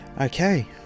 okay